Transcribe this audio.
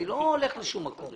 אני לא הולך לשום מקום.